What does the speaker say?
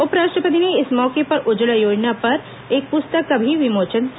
उप राष्ट्रपति ने इस मौके पर उज्जवला योजना पर एक पुस्तक का भी विमोचन किया